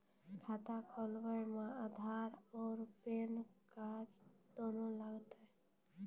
खाता खोलबे मे आधार और पेन कार्ड दोनों लागत?